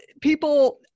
people